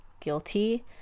guilty